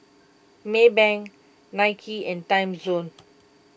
Maybank Nike and Timezone